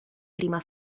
prima